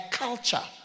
culture